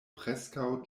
preskaŭ